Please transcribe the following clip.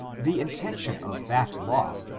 the intention of that law,